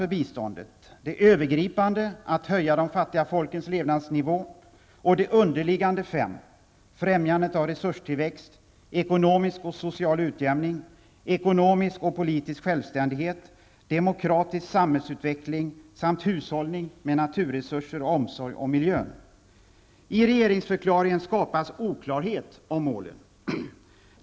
Det gäller både det övergripande, att höja de fattiga folkens levnadsnivå, och de fem underliggande målen: främjandet av resurstillväxt, ekonomisk och social utjämning, ekonomisk och politisk självständighet, demokratisk samhällsutveckling samt hushållning med naturresurser och omsorg om miljön. I regeringsförklaringen skapas oklarhet om målen.